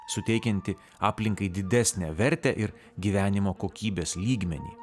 suteikianti aplinkai didesnę vertę ir gyvenimo kokybės lygmenį